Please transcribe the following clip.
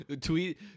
Tweet